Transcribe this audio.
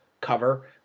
cover